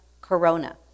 Corona